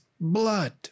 blood